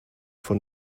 von